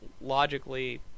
logically